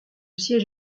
siège